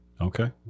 Okay